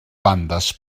bandes